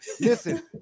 listen